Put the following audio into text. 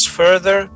further